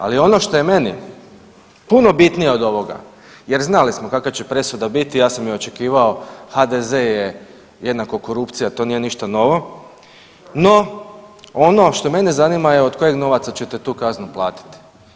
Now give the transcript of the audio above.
Ali, ono što je meni puno bitnije od ovoga, jer znali smo kakva će presuda biti, ja sam ju očekivao, HDZ je jednako korupcija, to nije ništa novo, no, ono što mene zanima od kojeg novaca ćete tu kaznu platiti?